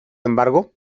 embargo